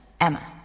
Emma